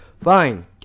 fine